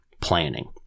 planning